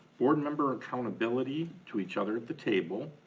board member accountability to each other at the table,